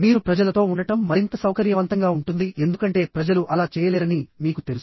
మీరు ప్రజలతో ఉండటం మరింత సౌకర్యవంతంగా ఉంటుంది ఎందుకంటే ప్రజలు అలా చేయలేరని మీకు తెలుసు